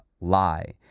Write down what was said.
lie